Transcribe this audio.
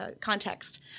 context